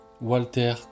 Walter